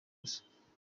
gusa